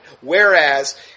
Whereas